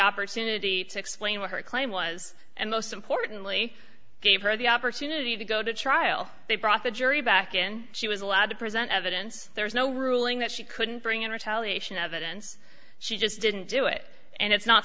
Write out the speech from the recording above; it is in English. opportunity to explain what her claim was and most importantly gave her the opportunity to go to trial they brought the jury back and she was allowed to present evidence there's no ruling that she couldn't bring in retaliation evidence she just didn't do it and it's not